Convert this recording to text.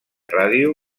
ràdio